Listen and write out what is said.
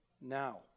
now